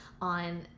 on